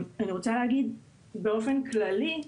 ואני רוצה להגיד באופן כללי,